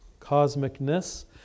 cosmicness